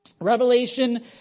Revelation